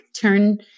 turn